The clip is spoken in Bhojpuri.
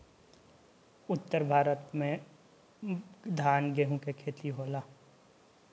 जब ज्वारभाटा आवेला त उ अपना लहर का साथे मछरी लोग के किनारे फेक देला